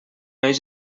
eix